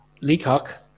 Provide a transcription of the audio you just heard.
Leacock